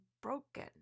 broken